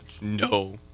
No